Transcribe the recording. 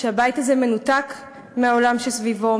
שהבית הזה מנותק מהעולם שסביבו,